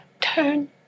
turn